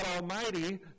Almighty